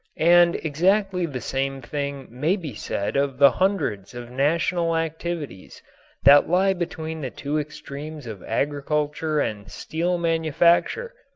and exactly the same thing may be said of the hundreds of national activities that lie between the two extremes of agriculture and steel manufacture!